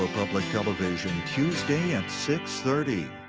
public television tuesday at six thirty.